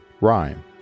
rhyme